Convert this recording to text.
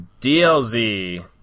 DLZ